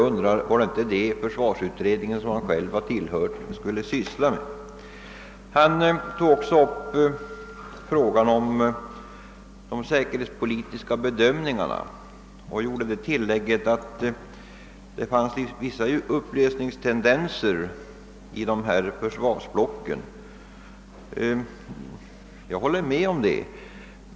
Var det inte denna som försvarsutredningen, vilken herr Kellgren själv har tillhört, skulle syssla med? Herr Kellgren tog också upp frågan om de säkerhetspolitiska bedömningarna och sade att det fanns vissa upplösningstendenser i försvarsblocken i öst och väst. Jag håller med om det.